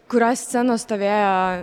kurio scenos stovėjo